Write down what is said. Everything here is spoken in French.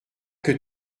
que